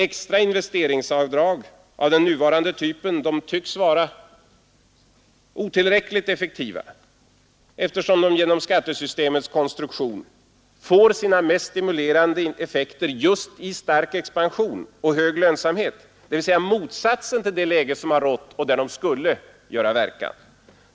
Extra investeringsavdrag av nuvarande typ tycks vara otillräckligt effektiva, eftersom de genom skattesystemets konstruktion får sina mest stimulerande effekter just vid stark expansion och hög lönsamhet, dvs. motsatsen till det läge som har rått och där de skulle göra verkan.